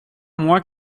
moi